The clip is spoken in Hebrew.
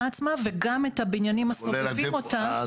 עצמה וגם את הבניינים הסובבים אותה.